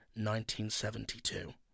1972